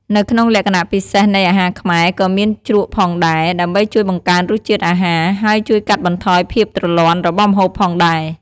នៅក្នុងលក្ខណៈពិសេសនៃអាហារខ្មែរ ក៏មានជ្រក់ផងដែរ ដើម្បីជួយបង្កើនរសជាតិអាហារ ហើយជួយកាត់បន្ថយភាពទ្រលាន់របស់ម្ហូបផងដែរ។